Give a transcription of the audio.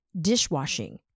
dishwashing